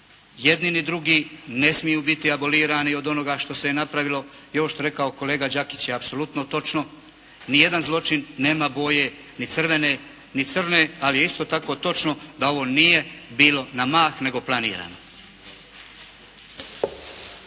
jedni ni drugi ne smiju biti abolirani od onoga što se je napravilo i ono što je rekao kolega Đakić je apsolutno točno. Ni jedan zločin nema boje ni crvene, ni crne. Ali je isto tako točno da ovo nije bilo na mah, nego planirano.